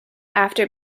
after